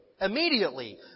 immediately